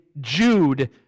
Jude